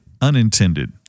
unintended